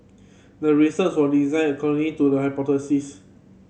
the research was designed according to the hypothesis